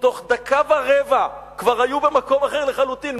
ובתוך דקה ורבע כבר היו במקום אחר לחלוטין,